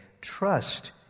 trust